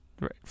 Right